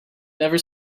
never